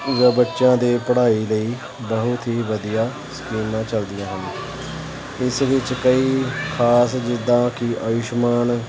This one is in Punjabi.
ਬੱਚਿਆਂ ਦੀ ਪੜ੍ਹਾਈ ਲਈ ਬਹੁਤ ਹੀ ਵਧੀਆ ਸਕੀਮਾਂ ਚੱਲਦੀਆਂ ਹਨ ਇਸ ਵਿੱਚ ਕਈ ਖਾਸ ਜਿੱਦਾਂ ਕਿ ਆਯੁਸ਼ਮਾਨ